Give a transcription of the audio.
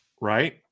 right